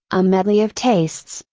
a medley of tastes,